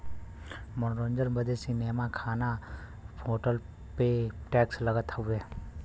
मनोरंजन बदे सीनेमा, खाना, होटलो पे टैक्स लगत हउए